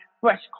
fresh